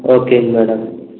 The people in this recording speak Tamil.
ஓகேங்க மேடம்